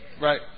Right